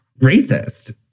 racist